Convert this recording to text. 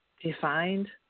defined